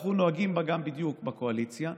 ואנחנו נוהגים בה גם בדיוק בקואליציה,